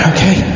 Okay